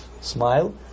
smile